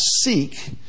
seek